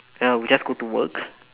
I will just go to work